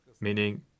meaning